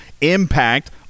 impact